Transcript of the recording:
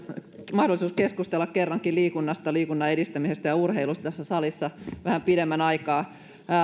mahdollisuus keskustella kerrankin liikunnasta liikunnan edistämisestä ja urheilusta tässä salissa vähän pidemmän aikaa